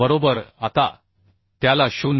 बरोबर आता त्याला 0